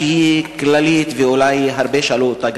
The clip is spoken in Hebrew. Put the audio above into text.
שהיא כללית ואולי הרבה שאלו אותה,